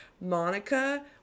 Monica